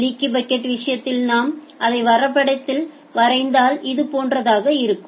leaky bucket விஷயத்தில் நாம் அதை வரைபடத்தில் வரைந்தால் இது போன்றதாக இருக்கும்